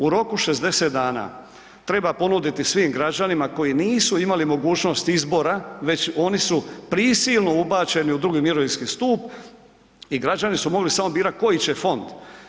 U roku 60 dana treba ponuditi svim građanima koji nisu imali mogućnost izbora, već oni su prisilno ubačeni u II. mirovinski stup i građani su mogli samo birati koji će fond.